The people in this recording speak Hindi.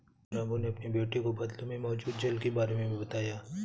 रामू ने अपनी बेटी को बादलों में मौजूद जल के बारे में बताया